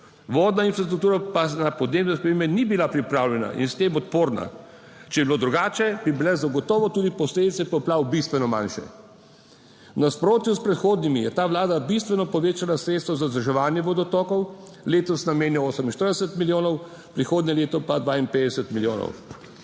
vodna infrastruktura pa na podnebne spremembe ni bila pripravljena in s tem odporna. Če bi bilo drugače, bi bile zagotovo tudi posledice poplav bistveno manjše. V nasprotju s predhodnimi je ta Vlada bistveno povečala sredstva za vzdrževanje vodotokov; letos namenja 48 milijonov, prihodnje leto pa 52 milijonov.